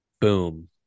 Boom